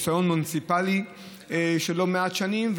מניסיון מוניציפלי של לא מעט שנים,